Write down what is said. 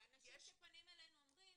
האנשים שפונים אלינו אומרים,